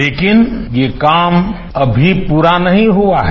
लेकिन ये काम अभी पूरा नहीं हुआ है